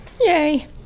Yay